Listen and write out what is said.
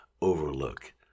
overlook